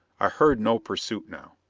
i heard no pursuit now.